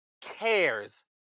cares